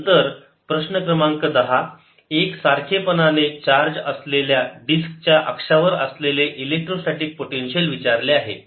नंतर प्रश्न क्रमांक 10 एक सारखेपणा ने चार्ज असलेल्या डिस्कच्या अक्षावर असलेले इलेक्ट्रोस्टॅटीक पोटेन्शियल विचारले आहे